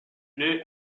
née